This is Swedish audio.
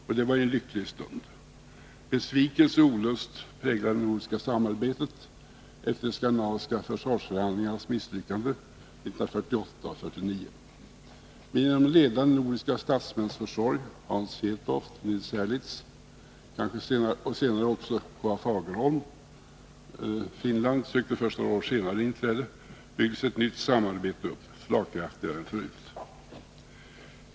Och det var i en lycklig stund. Besvikelse och olust präglade det nordiska samarbetet efter de skandinaviska försvarsförhandlingarnas misslyckande 1948-1949. Men genom ledande nordiska statsmäns försorg, Hans Hedtoft och Nils Herlitz och senare också K. A. Fagerholm — Finland sökte först några år senare inträde — byggdes ett nytt samarbete upp, slagkraftigare än förut.